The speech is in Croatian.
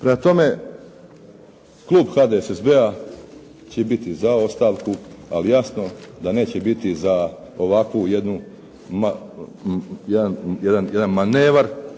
Prema tome, klub HDSSB-a će biti za ostavku, ali jasno da neće biti za ovakvu jedan manevar